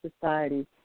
society